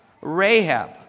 Rahab